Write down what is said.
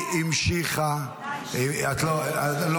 היא המשיכה --- אני רוצה להגיב,